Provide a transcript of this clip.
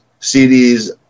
CDs